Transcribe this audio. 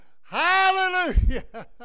Hallelujah